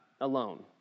alone